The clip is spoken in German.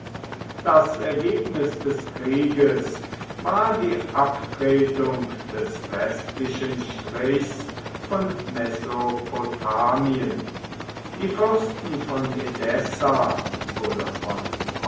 das ergebnis des krieges war die abtretung des westlichen strichs von mesopotamien die fürsten von edessa oder von